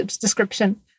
description